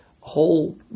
whole